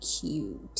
cute